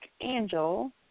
Angel